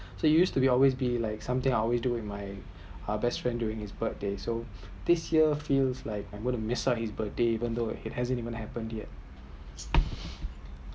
so used to always be like something I always do in my uh best friend during his birthday so this year feel like I’m going to miss out his birthday even though it’s haven’t even happen yet